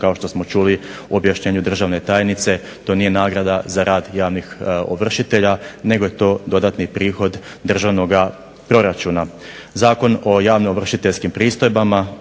Kao što smo čuli u objašnjenju državne tajnice to nije nagrada za rad javnih ovršitelja nego je to dodatni prihod državnoga proračuna. Zakon o javnim ovršiteljskim pristojbama